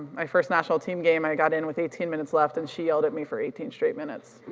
my first national team game, i got in with eighteen minutes left and she yelled at me for eighteen straight minutes.